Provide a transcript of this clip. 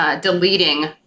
Deleting